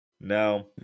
Now